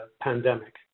pandemic